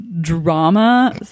drama